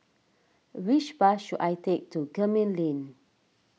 which bus should I take to Gemmill Lane